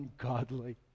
ungodly